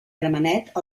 gramenet